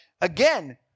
again